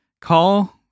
call